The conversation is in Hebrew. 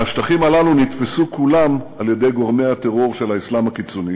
והשטחים הללו נתפסו כולם על-ידי גורמי הטרור של האסלאם הקיצוני